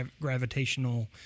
gravitational